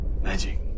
Magic